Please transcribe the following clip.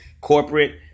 corporate